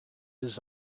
his